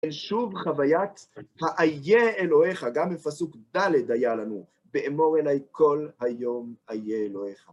ושוב, חוויית ה-איה אלוהיך, גם בפסוק ד' היה לנו, באמור אלי כל היום איה אלוהיך.